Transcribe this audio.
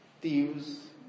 thieves